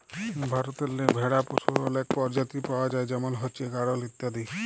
ভারতেল্লে ভেড়া পশুর অলেক পরজাতি পাউয়া যায় যেমল হছে গাঢ়ল ইত্যাদি